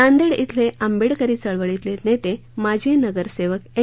नांदेड धाले आंबेडकरी चळवळीतले नेते माजी नगरसेवक एन